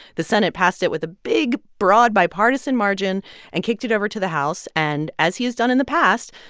the senate passed it with a big, broad bipartisan margin and kicked it over to the house. and as he has done in the past,